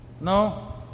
no